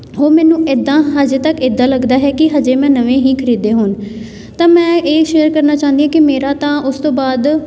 ਉਹ ਮੈਨੂੰ ਇੱਦਾਂ ਅਜੇ ਤੱਕ ਇੱਦਾਂ ਲੱਗਦਾ ਹੈ ਕਿ ਅਜੇ ਮੈਂ ਨਵੇਂ ਹੀ ਖਰੀਦੇ ਹੋਣ ਤਾਂ ਮੈਂ ਇਹ ਸ਼ੇਅਰ ਕਰਨਾ ਚਾਹੁੰਦੀ ਹਾਂ ਕਿ ਮੇਰਾ ਤਾਂ ਉਸ ਤੋਂ ਬਾਅਦ